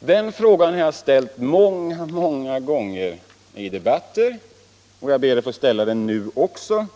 Den frågan har jag ställt många många gånger i debatter, och jag ber att få ställa den nu också,